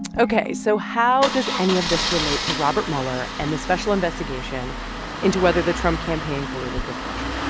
ok. so how does any of this relate to robert mueller and the special investigation into whether the trump campaign colluded with russia?